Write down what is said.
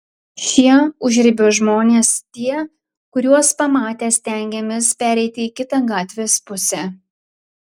šie užribio žmonės tie kuriuos pamatę stengiamės pereiti į kitą gatvės pusę